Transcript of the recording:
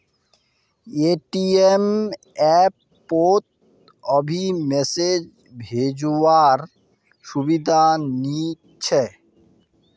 ATM app पोत अभी message भेजो वार सुविधा नी छे